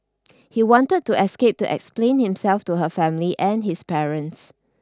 he wanted to escape to explain himself to her family and his parents